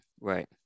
right